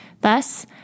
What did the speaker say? Thus